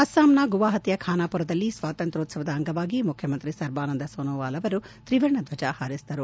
ಅಸ್ಲಾಂನ ಗುವಹಾತಿಯ ಖಾನಪಾರದಲ್ಲಿ ಸ್ವಾತಂತ್ಯೋತ್ಸವದ ಅಂಗವಾಗಿ ಮುಖ್ಯಮಂತ್ರಿ ಸರ್ಬಾನಂದ್ ಸೊನೊವಾಲ್ ಅವರು ತ್ರೀವರ್ಣ ಧ್ವಜ ಹಾರಿಸಿದರು